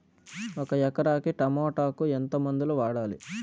ఒక ఎకరాకి టమోటా కు ఎంత మందులు వాడాలి?